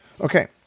okay